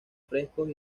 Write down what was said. frescos